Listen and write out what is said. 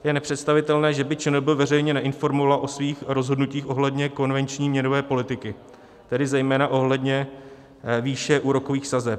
Je nepředstavitelné, že by ČNB veřejně neinformovala o svých rozhodnutích ohledně konvenční měnové politiky, tedy zejména ohledně výše úrokových sazeb.